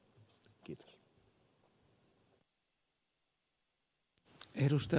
arvoisa puhemies